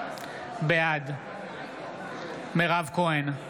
בעד מירב כהן,